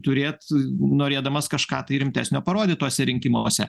turėt norėdamas kažką tai rimtesnio parodyt tuose rinkimuose